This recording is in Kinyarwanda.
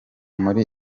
muri